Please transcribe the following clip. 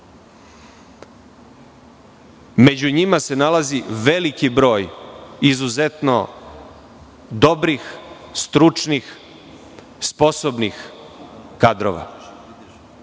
Među njima se nalazi veliki broj izuzetno dobrih, stručnih, sposobnih kadrova.